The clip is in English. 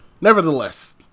Nevertheless